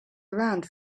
around